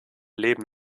leben